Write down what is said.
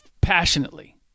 passionately